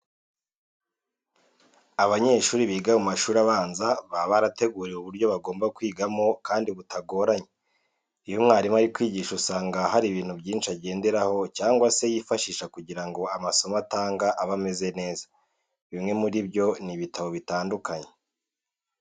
Abanyeshuri biga mu mashuri abanza baba barateguriwe uburyo bagomba kwigamo kandi butagoranye. Iyo umwarimu ari kwigisha usanga hari ibintu byinshi agenderaho cyangwa se yifashisha kugira ngo amasomo atanga abe ameze neza. Bimwe muri byo ni ibitabo bitandukanye.